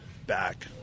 back